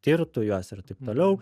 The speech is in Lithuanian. tirtų juos ir taip toliau